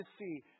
see